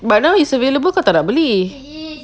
but now it's available kau tak nak beli